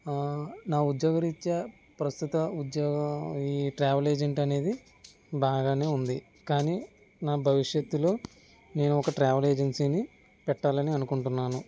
నా ఉద్యోగ రీత్యా ప్రస్తుత ఉద్యోగ ఈ ట్రావెల్ ఏజెంట్ అనేది బాగానే ఉంది కానీ నా భవిష్యత్లో నేను ఒక ట్రావెల్ ఏజెన్సీని పెట్టాలని అనుకుంటున్నాను